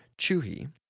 Chuhi